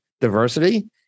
diversity